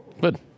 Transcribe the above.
Good